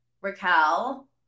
raquel